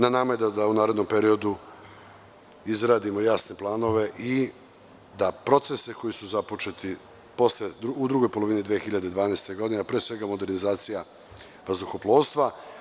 Na nama je da u narednom periodu izradimo jasne planove i da procese koji su započeti u drugoj polovini 2012. godine, pre svega modernizacija vazduhoplovstva…